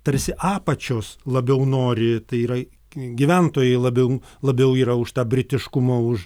tarsi apačios labiau nori tai yra gyventojai labiau labiau yra už tą britiškumą už